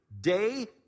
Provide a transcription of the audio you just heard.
Day